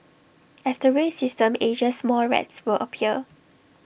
as the rail system ages more rats will appear